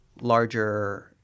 larger